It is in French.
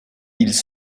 ils